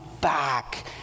back